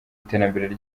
iterambere